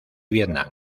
vietnam